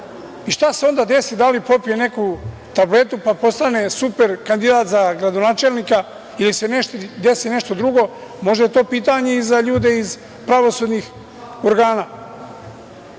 i šta se onda desi? Da li popije neku tabletu, pa postane super kandidat za gradonačelnika ili se desi nešto drugo? Možda je to pitanje i za ljude iz pravosudnih organa,